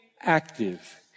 active